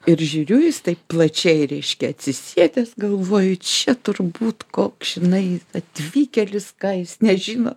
ir žiūriu jis taip plačiai reiškia atsisėdęs galvoju čia turbūt koks žinai atvykėlis ką jis nežino